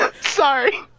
Sorry